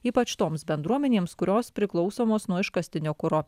ypač toms bendruomenėms kurios priklausomos nuo iškastinio kuro